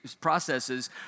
processes